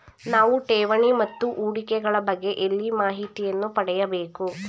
ನಾವು ಠೇವಣಿ ಮತ್ತು ಹೂಡಿಕೆ ಗಳ ಬಗ್ಗೆ ಎಲ್ಲಿ ಮಾಹಿತಿಯನ್ನು ಪಡೆಯಬೇಕು?